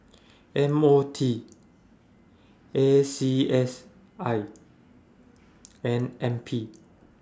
M O T A C S I and N P